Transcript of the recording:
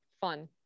fun